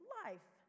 life